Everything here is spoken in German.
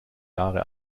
jahre